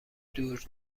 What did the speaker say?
دور